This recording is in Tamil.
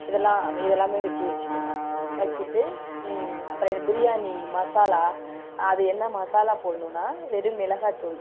இதெல்லாம் இதெல்லாம் வெட்டி வச்சுக்கணும் வச்சுட்டு அப்புறம் இது பிரியாணி மசாலா அது என்ன மசாலா போடணுன்னா வெறும் மிளகாய் தூள்